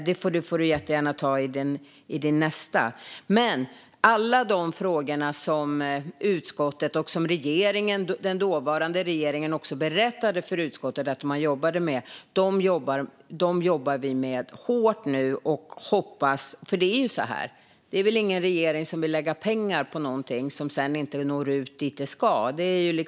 Du får jättegärna ta det i ditt nästa anförande. Alla de frågor som utskottet jobbat med och som den dåvarande regeringen också berättade för utskottet att man jobbade med jobbar vi nu hårt med. Det är väl ingen regering som vill lägga pengar på något som sedan inte når ut dit det ska.